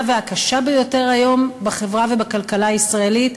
והקשה ביותר היום בחברה ובכלכלה הישראלית,